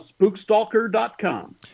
spookstalker.com